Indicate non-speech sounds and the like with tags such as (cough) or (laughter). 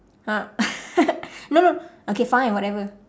(laughs) no no okay fine whatever